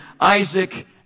Isaac